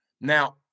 Now